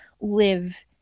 live